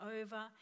over